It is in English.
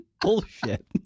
Bullshit